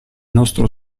nostro